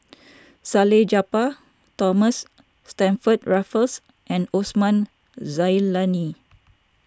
Salleh Japar Thomas Stamford Raffles and Osman Zailani